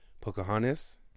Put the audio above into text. Pocahontas